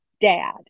dad